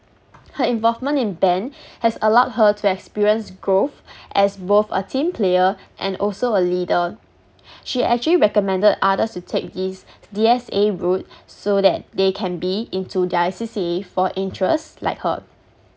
her involvement in band has allowed her to experience growth as both a team player and also a leader she actually recommended others to take this D_S_A route so that they can be into their C_C_A for interest like her